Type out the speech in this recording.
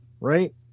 right